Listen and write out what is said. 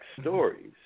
stories